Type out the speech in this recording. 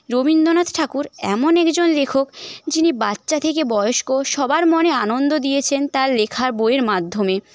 রবীন্দ্রনাথ ঠাকুর এমন একজন লেখক যিনি বাচ্চা থেকে বয়স্ক সবার মনে আনন্দ দিয়েছেন তাঁর লেখা বইয়ের মাধ্যমে